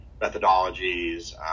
methodologies